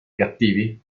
cattivi